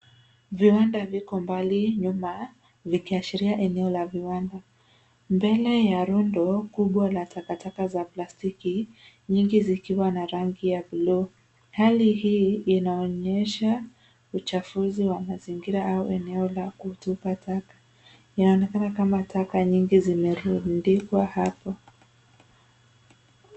Viwanda viko mbali nyuma vikiashiria eneo la viwanda, mbele ya rundo kuwa la takataka za plastiki, byingi zikiwa na rangi ya buluu. Hali hii inaonyesha uchafuzi wa mazigira au eneo la kutupa taka. Inaonekana kama taka nyingi zimerundikwa hapo.